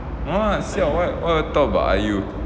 no lah siao why talk about I_U